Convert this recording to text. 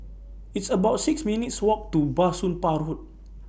It's about six minutes' Walk to Bah Soon Pah Hood